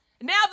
Now